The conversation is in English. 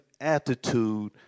attitude